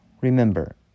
Remember